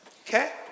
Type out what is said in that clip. Okay